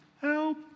help